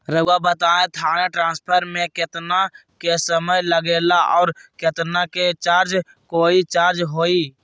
रहुआ बताएं थाने ट्रांसफर में कितना के समय लेगेला और कितना के चार्ज कोई चार्ज होई?